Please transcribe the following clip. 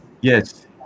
yes